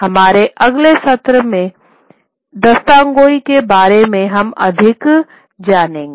हमारे अगले सत्र में दास्तानगोई के बारे में अधिक जानेंगे